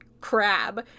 crab